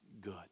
good